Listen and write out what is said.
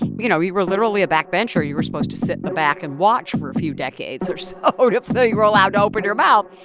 you know, you were literally a backbencher. you were supposed to sit in the back and watch for a few decades or so ah sort of until you were allowed to open your mouth.